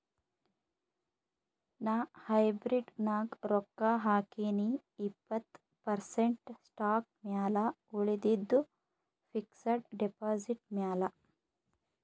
ನಾ ಹೈಬ್ರಿಡ್ ನಾಗ್ ರೊಕ್ಕಾ ಹಾಕಿನೀ ಇಪ್ಪತ್ತ್ ಪರ್ಸೆಂಟ್ ಸ್ಟಾಕ್ ಮ್ಯಾಲ ಉಳಿದಿದ್ದು ಫಿಕ್ಸಡ್ ಡೆಪಾಸಿಟ್ ಮ್ಯಾಲ